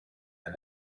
and